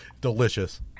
Delicious